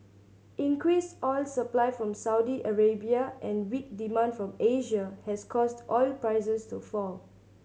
increased oil supply from Saudi Arabia and weak demand from Asia has caused oil prices to fall